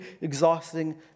exhausting